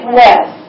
less